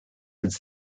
was